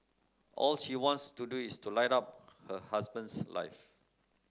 all she wants to do is to light up her husband's life